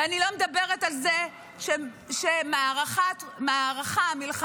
ואני לא מדברת על זה שהמלחמה הנוכחית,